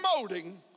promoting